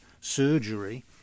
surgery